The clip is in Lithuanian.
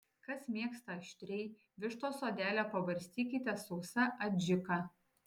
kas mėgsta aštriai vištos odelę pabarstykite sausa adžika